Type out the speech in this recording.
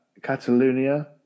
Catalonia